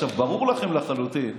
עכשיו ברור לכם לחלוטין,